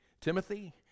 Timothy